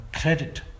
credit